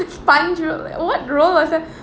fun drew what roll was that